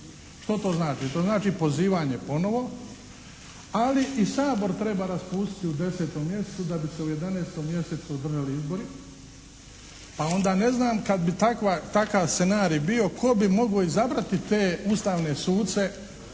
Što to znači? To znači pozivanje ponovo, ali i Sabor treba raspustiti u 10. mjesecu da bi se u 11. mjesecu održali izbori, a onda ne znam kad bi takav scenarij bio tko bi mogao izabrati te ustavne suce